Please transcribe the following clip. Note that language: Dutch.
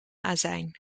azijn